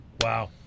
Wow